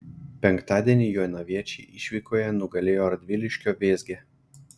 penktadienį jonaviečiai išvykoje nugalėjo radviliškio vėzgę